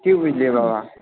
की बुझलियै बाबा